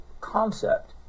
concept